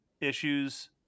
issues